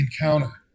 encounter